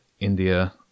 India